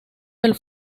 del